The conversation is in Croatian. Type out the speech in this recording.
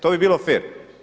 To bi bilo fer.